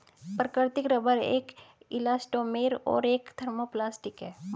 प्राकृतिक रबर एक इलास्टोमेर और एक थर्मोप्लास्टिक है